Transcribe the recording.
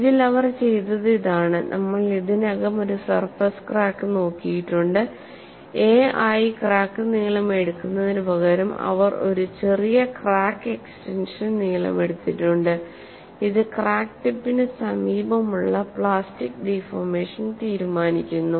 ഇതിൽ അവർ ചെയ്തത് ഇതാണ് നമ്മൾ ഇതിനകം ഒരു സർഫസ് ക്രാക്ക് നോക്കിയിട്ടുണ്ട് എ ആയി ക്രാക്ക് നീളം എടുക്കുന്നതിനുപകരം അവർ ഒരു ചെറിയ ക്രാക്ക് എക്സ്റ്റൻഷൻ നീളമെടുത്തിട്ടുണ്ട് ഇത് ക്രാക്ക് ടിപ്പിന് സമീപമുള്ള പ്ലാസ്റ്റിക് ഡിഫോർമേഷൻ തീരുമാനിക്കുന്നു